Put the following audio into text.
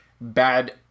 bad